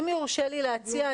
אם יורשה לי להציע,